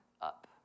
up